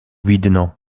widno